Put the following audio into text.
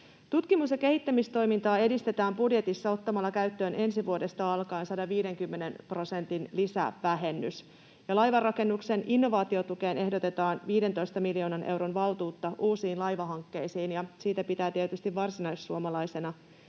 Tutkimus- ja kehittämistoimintaa edistetään budjetissa ottamalla käyttöön ensi vuodesta alkaen 150 prosentin lisävähennys. Laivanrakennuksen innovaatiotukeen ehdotetaan 15 miljoonan euron valtuutta uusiin laivahankkeisiin, ja siitä pitää tietysti varsinaissuomalaisena